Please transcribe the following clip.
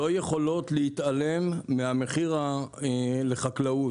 לא יכולות להתעלם מהמחיר לחקלאות